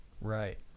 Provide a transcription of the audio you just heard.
Right